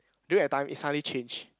during that time it suddenly change